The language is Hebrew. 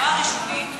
לא הרשומים אלא,